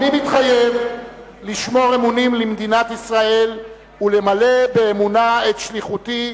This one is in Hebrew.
אני מתחייב לשמור אמונים למדינת ישראל ולמלא באמונה את שליחותי.